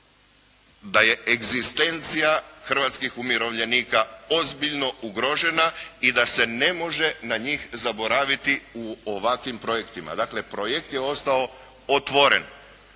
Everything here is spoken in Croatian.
da je egzistencija hrvatskih umirovljenika ozbiljno ugrožena i da se ne može na njih zaboraviti u ovakvim projektima. Dakle, projekt je ostao otvoren.